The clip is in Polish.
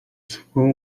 swą